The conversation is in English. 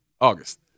August